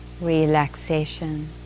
relaxation